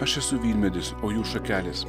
aš esu vynmedis o jūs šakelės